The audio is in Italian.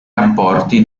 rapporti